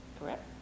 Correct